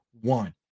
one